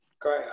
Great